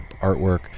artwork